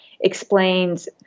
explains